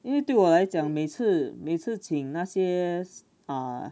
因为对我来讲每次每次请那些 err